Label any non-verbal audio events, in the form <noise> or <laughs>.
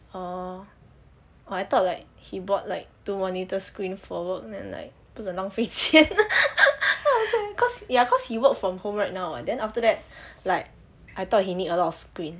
orh I thought like he bought like two monitor screen for work then like 不是很浪费钱 <laughs> I was like cause ya cause he work from home right now [what] and then after that like I thought he need a lot of screen